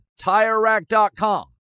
TireRack.com